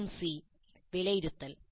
ഘട്ടം സി വിലയിരുത്തൽ